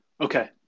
okay